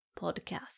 podcast